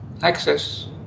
access